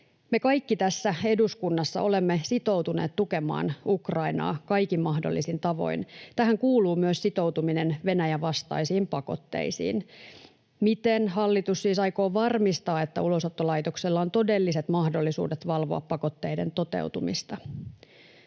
Me kaikki tässä eduskunnassa olemme sitoutuneet tukemaan Ukrainaa kaikin mahdollisin tavoin. Tähän kuuluu myös sitoutuminen Venäjän vastaisiin pakotteisiin. Miten hallitus siis aikoo varmistaa, että Ulosottolaitoksella on todelliset mahdollisuudet valvoa pakotteiden toteutumista?